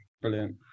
brilliant